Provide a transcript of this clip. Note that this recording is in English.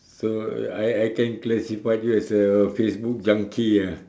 so I I can classified you as a Facebook junkie ah